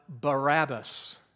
Barabbas